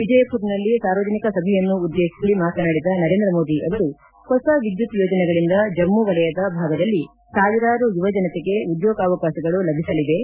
ವಿಜಯಪುರ್ನಲ್ಲಿ ಸಾರ್ವಜನಿಕ ಸಭೆಯನ್ನು ಉದ್ವೇತಿಸಿ ಮಾತನಾಡಿದ ನರೇಂದ್ರ ಮೋದಿ ಅವರು ಹೊಸ ವಿದ್ಯುತ್ ಯೋಜನೆಗಳಿಂದ ಜಮ್ನ ವಲಯದ ಭಾಗದಲ್ಲಿ ಸಾವಿರಾರು ಯುವಜನತೆಗೆ ಉದ್ಲೋಗಾವಕಾಶಗಳು ಲಭಿಸಲಿವೆ